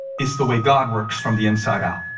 is the way god works from the inside out.